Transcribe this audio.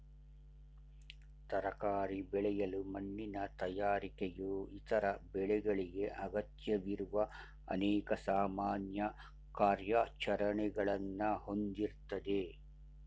ತರಕಾರಿ ಬೆಳೆಯಲು ಮಣ್ಣಿನ ತಯಾರಿಕೆಯು ಇತರ ಬೆಳೆಗಳಿಗೆ ಅಗತ್ಯವಿರುವ ಅನೇಕ ಸಾಮಾನ್ಯ ಕಾರ್ಯಾಚರಣೆಗಳನ್ನ ಹೊಂದಿರ್ತದೆ